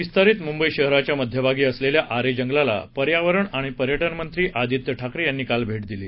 विस्तारीत मुंबई शहराच्या मध्यभागी असलेल्या आरे जंगलाला पर्यावरण आणि पर्यटन मंत्री आदित्य ठाकरे यांनी काल भेट दिली